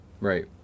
Right